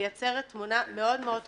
מייצרת תמונה מאוד מאוד חלקית,